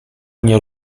mnie